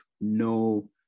no